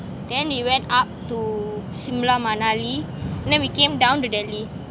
then we went up to shimla manali and then we came down to delhi